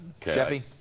Jeffy